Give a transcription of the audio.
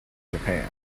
japan